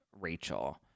Rachel